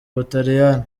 ubutaliyani